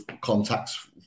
contacts